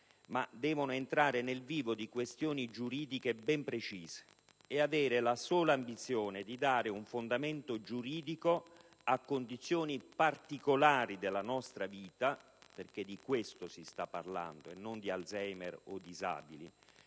ma dovranno entrare nel vivo di questioni giuridiche ben precise e avere la sola ambizione di dare un fondamento giuridico a condizioni particolari della nostra vita - perché di questo si sta parlando e non di Alzheimer o di disabili